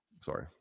Sorry